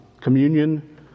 Communion